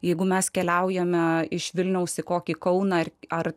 jeigu mes keliaujame iš vilniaus į kokį kauną ar